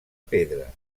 pedra